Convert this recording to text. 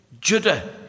Judah